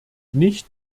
nicht